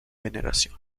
veneración